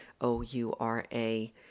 O-U-R-A